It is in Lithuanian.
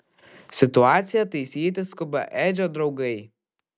situaciją taisyti skuba edžio draugai